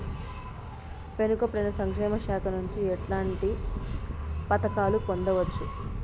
వెనుక పడిన సంక్షేమ శాఖ నుంచి ఎట్లాంటి పథకాలు పొందవచ్చు?